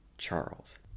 Charles